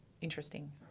interesting